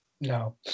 no